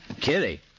Kitty